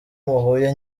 muhuye